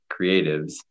creatives